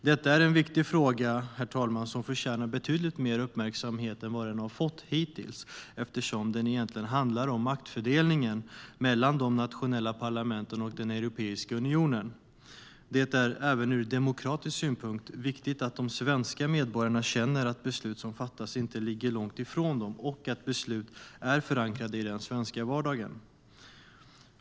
Detta är en viktig fråga som förtjänar betydligt mer uppmärksamhet än den har fått hittills, herr talman, eftersom den egentligen handlar om maktfördelningen mellan de nationella parlamenten och Europeiska unionen. Det är även ur demokratisk synpunkt viktigt att de svenska medborgarna känner att beslut som fattas inte ligger långt ifrån dem och att beslut är förankrade i den svenska vardagen.